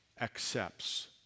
accepts